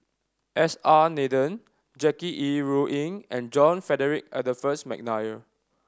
S R Nathan Jackie Yi Ru Ying and John Frederick Adolphus McNair